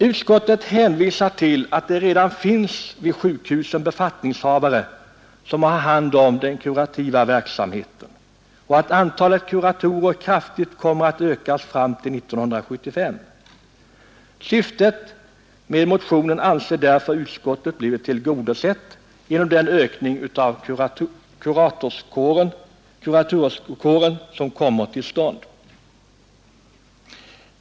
Utskottet hänvisar till att det vid sjukhusen redan finns befattningshavare som har hand om den kurativa verksamheten och att antalet kuratorer kommer att kraftigt ökas fram till år 1975. Utskottet anser därför att syftet med motionen blivit tillgodosett genom den ökning av kuratorskåren som kommer till stånd.